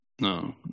no